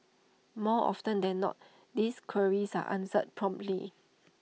more often than not these queries are answered promptly